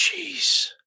Jeez